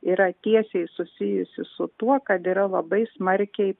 yra tiesiai susijusi su tuo kad yra labai smarkiai